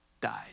died